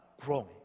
growing